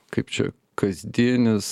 kaip čia kasdienis